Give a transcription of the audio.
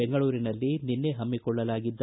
ಬೆಂಗಳೂರಿನಲ್ಲಿ ನಿನ್ನೆ ಹಮ್ಮಿಕೊಳ್ಳಲಾಗಿದ್ದ